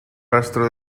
rastro